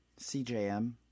CJM